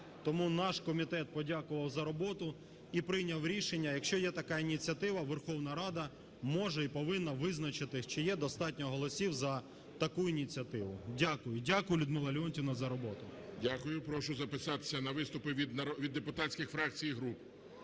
Тому наш комітет подякував за роботу і прийняв рішення, якщо є така ініціатива, Верховна Рада може і повинна визначитись, чи є достатньо голосів за таку ініціативу. Дякую. Дякую, Людмила Леонтіївна, за роботу. ГОЛОВУЮЧИЙ. Дякую. Прошу записатися на виступи від депутатських фракцій і груп.